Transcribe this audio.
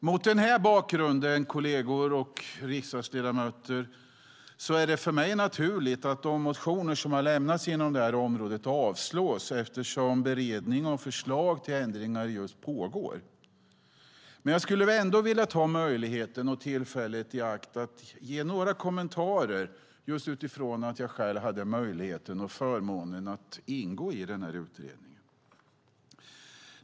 Mot den här bakgrunden, kolleger och riksdagsledamöter, är det för mig naturligt att de motioner som har lämnats inom området avslås eftersom beredning av förslag till ändringar just nu pågår. Jag vill ändå ta möjligheten och tillfället i akt att ge några kommentarer, eftersom jag själv haft möjligheten och förmånen att ingå i utredningen.